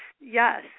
yes